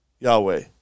Yahweh